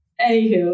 Anywho